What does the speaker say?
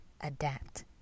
adapt